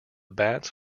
bats